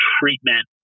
treatment